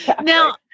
Now